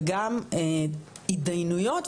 וגם התדיינות,